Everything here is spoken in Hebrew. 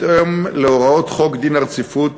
בהתאם להוראות חוק רציפות